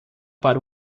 para